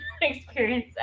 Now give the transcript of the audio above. experience